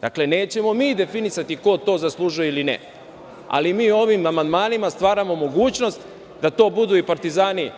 Dakle, nećemo mi definisati ko to zaslužuje ili ne, ali mi ovim amandmanima stvaramo mogućnost da to budu partizani